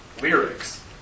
lyrics